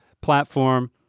platform